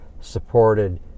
supported